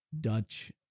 Dutch